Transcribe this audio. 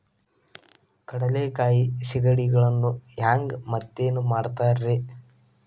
ಕಡಲೆಕಾಯಿ ಸಿಗಡಿಗಳನ್ನು ಹ್ಯಾಂಗ ಮೆತ್ತನೆ ಮಾಡ್ತಾರ ರೇ?